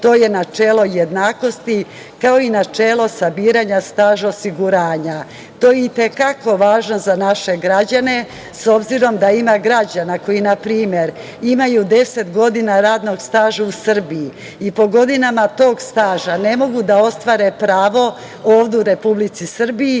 to je načelo jednakosti, kao i načela sa biranja staža osiguranja. To je i te kako važno za naše građane, s obzirom da ima građana koji na primer imaju 10 godina radnog staža u Srbiji i po godinama tog staža ne mogu da ostvare pravo ovde u Republici Srbiji,